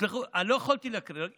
תסלחו לי, לא יכולתי להקריא.